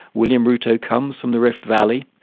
william ruto comes from the rift valley,